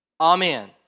Amen